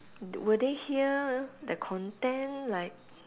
will they hear the content like